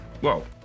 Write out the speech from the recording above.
Whoa